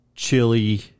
Chili